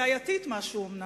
בעייתית משהו אומנם,